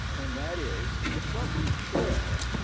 and that is that what we share,